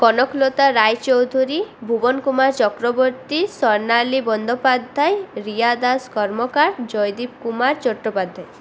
Kanaklata Roychowdhury Bhubankumar Chakraborty Swarnali Bandyopadhyay Riya Das Karmakar Joydeep Kumar Chattopadhyay